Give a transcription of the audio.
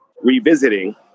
revisiting